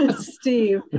Steve